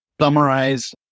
summarize